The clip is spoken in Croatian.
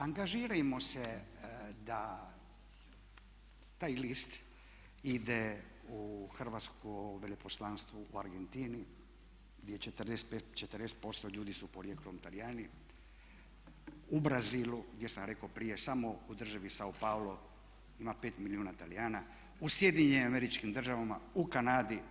Angažirajmo se da taj list ide u Hrvatsko veleposlanstvo u Argentini gdje je 40% ljudi porijeklom su Talijani, u Brazilu gdje sam rekao prije samo u državi Sao Paulo ima 5 milijuna Talijana, u SAD-u, u Kanadi.